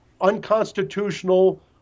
unconstitutional